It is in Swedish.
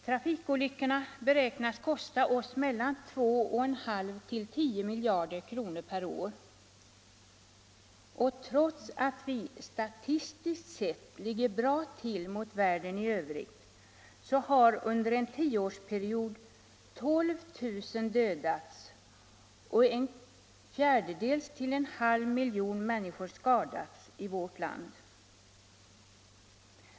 Trafikolyckorna beräknas kosta oss 2,5-10 miljarder kr. per år. Trots att vi statistiskt sett ligger bra till jämfört med världen i övrigt har under en tioårsperiod 12000 människor dödats och mellan en kvarts miljon och en halv miljon människor skadats i trafiken i vårt land.